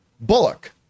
Bullock